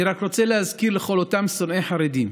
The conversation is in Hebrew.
אני רק רוצה להזכיר לכל אותם שונאי חרדים,